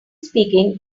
speaking